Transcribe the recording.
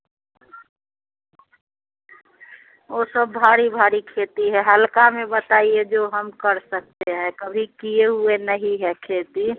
वह सब भारी भारी खेती है हल्का में बताइए जो हम कर सकते हैं कभी किए हुए नहीं है खेती